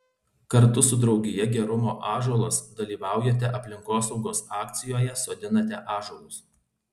kartu su draugija gerumo ąžuolas dalyvaujate aplinkosaugos akcijoje sodinate ąžuolus